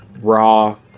raw